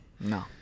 No